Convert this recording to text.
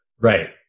Right